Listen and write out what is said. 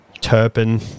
Turpin